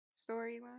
storyline